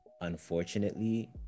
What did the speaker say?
unfortunately